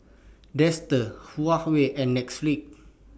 Dester Huawei and